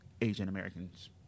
Asian-Americans